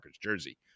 Jersey